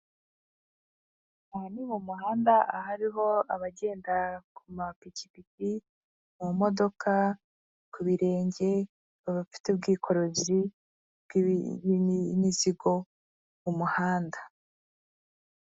Aha ni mu muhanda ahariho abagenda ku mapikipiki mu modoka ku birenge baba bafite ubwikorezi bw'imizigo mu muhanda.